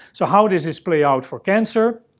so, how does this play out for cancer.